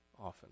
often